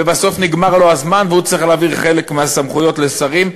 ובסוף נגמר לו הזמן והוא צריך להעביר חלק מהסמכויות לשרים,